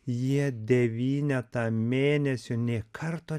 jie devynetą mėnesių nė karto